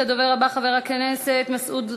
הדובר הבא, חבר הכנסת מסעוד גנאים,